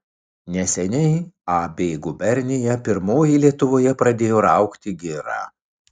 neseniai ab gubernija pirmoji lietuvoje pradėjo raugti girą